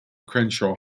crenshaw